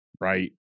right